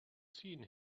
seen